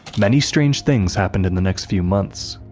many strange things happened in the next few months.